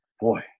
boy